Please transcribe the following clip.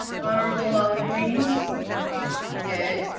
honorable ali green yay.